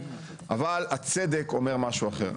אבל הצדק אומר משהו אחר,